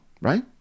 right